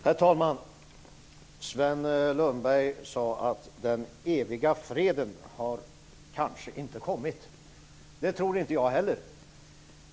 Herr talman! Sven Lundberg sade att den eviga freden kanske inte har kommit. Det tror inte jag heller.